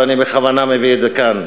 ואני בכוונה מביא את זה כאן,